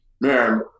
man